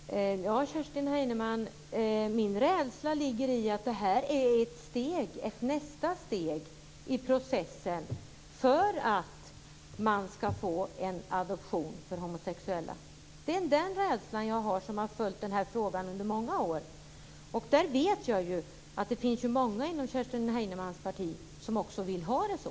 Fru talman! Ja, Kerstin Heinemann, min rädsla ligger i att det här är ett nästa steg i processen för en adoption för homosexuella. Det är den rädsla jag har som följt frågan under många år. Jag vet att det finns många inom Kerstin Heinemanns parti som också vill ha det så.